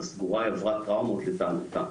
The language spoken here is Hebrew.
בסגורה היא עברה טראומות לטענתה.